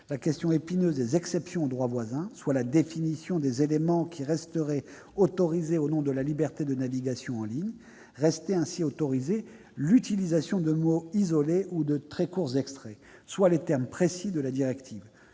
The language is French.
la question épineuse des exceptions au droit voisin, soit la définition des éléments qui resteraient autorisés au nom de la liberté de navigation en ligne. Demeurait ainsi autorisée « l'utilisation de mots isolés ou de très courts extraits »- ce sont les termes précis de la directive.